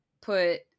put